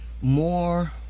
more